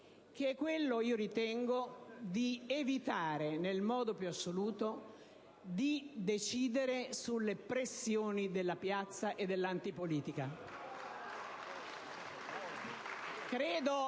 che è quello - ritengo - di evitare nel modo più assoluto di decidere sotto la pressione della piazza e dell'antipolitica.